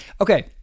Okay